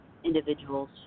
individuals